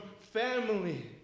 family